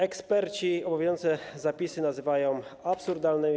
Eksperci omawiający zapisy nazywają je absurdalnymi.